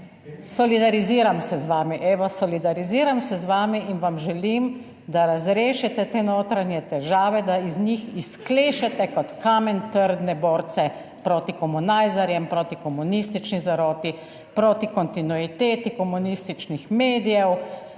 solidariziram se z vami, in vam želim, da razrešite te notranje težave, da iz njih izklešete kot kamen trdne borce proti komunajzarjem, proti komunistični zaroti, proti kontinuiteti komunističnih medijev,